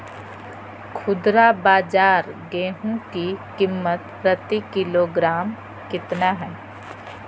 खुदरा बाजार गेंहू की कीमत प्रति किलोग्राम कितना है?